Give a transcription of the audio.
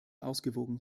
ausgewogen